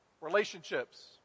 relationships